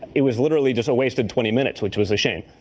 it was literally just a wasted twenty minutes, which was a shame